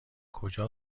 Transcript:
کجا